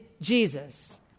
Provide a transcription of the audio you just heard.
Jesus